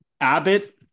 Abbott